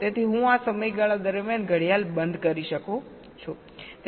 તેથી હું આ સમયગાળા દરમિયાન ઘડિયાળ બંધ કરી શકું છું